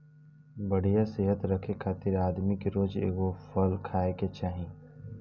बढ़िया सेहत रखे खातिर आदमी के रोज एगो फल खाए के चाही